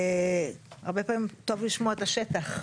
הרבה פעמים טוב לשמוע את השטח.